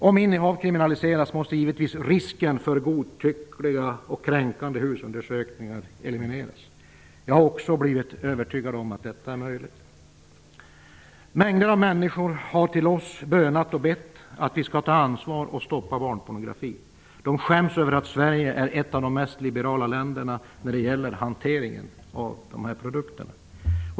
Om innehav kriminaliseras måste givetvis risken för godtyckliga och kränkande husundersökningar elimineras. Jag har också blivit övertygad om att detta är möjligt. Mängder av människor har bönat och bett oss att vi skall ta ansvar och stoppa barnpornografin. De skäms över att Sverige är ett av de mest liberala länderna när det gäller hanteringen av de här produkterna.